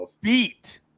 beat